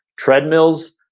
treadmills.